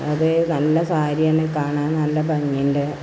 അതെ നല്ല സാരി തന്നെ കാണാൻ നല്ല ഭംഗിയുണ്ട്